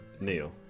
neil